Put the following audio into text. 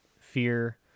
fear